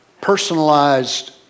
personalized